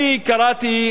אני קראתי,